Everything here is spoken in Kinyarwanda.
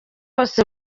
bose